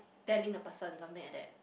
telling the person something like that